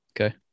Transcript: Okay